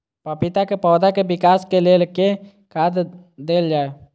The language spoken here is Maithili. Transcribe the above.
पपीता केँ पौधा केँ विकास केँ लेल केँ खाद देल जाए?